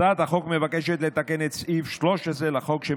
הצעת החוק מבקשת לתקן את סעיף 13 לחוק,